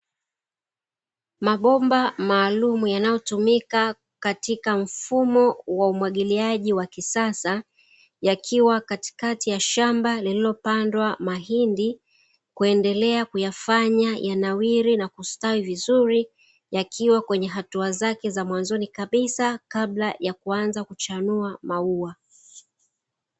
Mabomba maalumu yanayotumika katika mfumo wa umwagiliaji wa kisasa yakiwa katikati ya shamba lililopandwa mahindi, kuendelea kuyafanya yanawiri na kustawi vizuri yakiwa katika hatua zake za mwanzo kabisa kabla ya kuanza kuchanua maua.